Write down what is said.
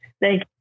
Thank